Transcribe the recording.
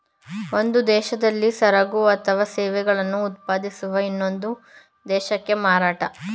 ಒಂದು ದೇಶದಲ್ಲಿ ಸರಕು ಅಥವಾ ಸೇವೆಗಳನ್ನು ಉತ್ಪಾದಿಸುವ ಇನ್ನೊಂದು ದೇಶಕ್ಕೆ ಮಾರಾಟ ಮಾಡೋದು ರಫ್ತಿನ ಕ್ರಿಯೆಯಾಗಯ್ತೆ